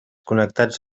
connectats